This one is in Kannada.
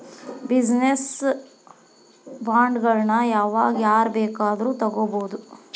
ಬಿಜಿನೆಸ್ ಬಾಂಡ್ಗಳನ್ನ ಯಾವಾಗ್ ಯಾರ್ ಬೇಕಾದ್ರು ತಗೊಬೊದು?